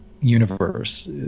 universe